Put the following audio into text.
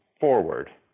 forward